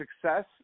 success